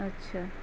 اچھا